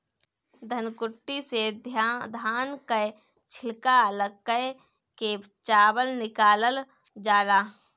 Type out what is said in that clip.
धनकुट्टी से धान कअ छिलका अलग कअ के चावल निकालल जाला